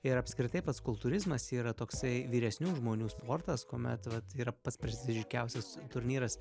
ir apskritai pats kultūrizmas yra toksai vyresnių žmonių sportas kuomet vat yra pats prestižiškiausias turnyras